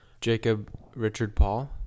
Jacob-Richard-Paul